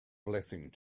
blessing